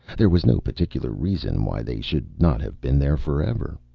there was no particular reason why they should not have been there forever.